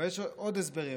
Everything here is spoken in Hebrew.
אבל יש עוד הסבר יפה: